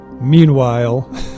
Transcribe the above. Meanwhile